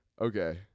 Okay